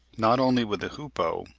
not only with the hoopoe,